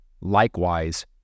Likewise